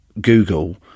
google